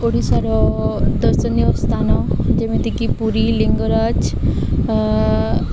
ଓଡ଼ିଶାର ଦର୍ଶନୀୟ ସ୍ଥାନ ଯେମିତିକି ପୁରୀ ଲିଙ୍ଗରାଜ